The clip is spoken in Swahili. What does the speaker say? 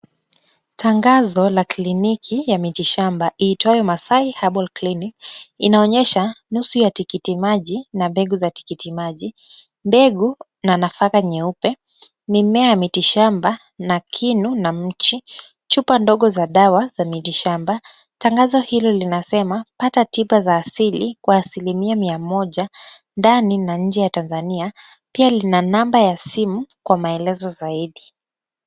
Tangazo la kliniki ya miti shamba iitwayo Masai Herbal Clinic, inaonyesha nusu ya tikitimaji na mbegu za tikitimaji, mbegu na nafaka nyeupe, mimea ya miti shamba na kinu na mchi, chupa ndogo za dawa za miti shamba. Tangazo hili linasema, pata tiba za asili kwa asilimia mia moja ndani na nje ya Tanzania. Pia lina namba ya simu kwa maelezo zaidi.